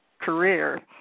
career